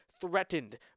threatened